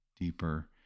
deeper